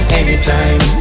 anytime